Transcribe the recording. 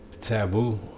Taboo